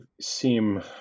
seem